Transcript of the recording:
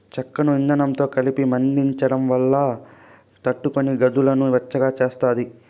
చెక్కను ఇందనంతో కలిపి మండించడం వల్ల చలిని తట్టుకొని గదులను వెచ్చగా చేస్తాది